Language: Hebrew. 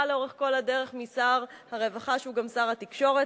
לאורך כל הדרך משר הרווחה שהוא גם שר התקשורת,